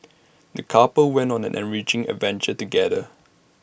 the couple went on an enriching adventure together